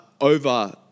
over